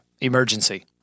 Emergency